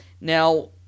Now